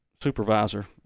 supervisor